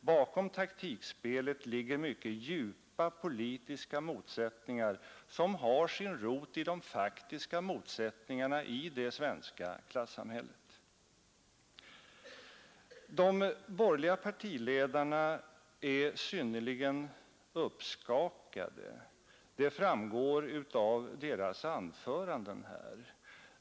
Bakom taktikspelet ligger mycket djupa politiska motsättningar som har sin rot i de faktiska motsättningarna i det svenska klassamhället. De borgerliga partiledarna är synnerligen uppskakade. Det framgår av deras anföranden här.